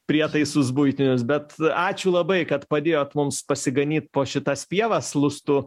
prietaisus buitinius bet ačiū labai kad padėjot mums pasiganyt po šitas pievas lustų